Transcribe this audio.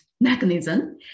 mechanism